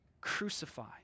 crucify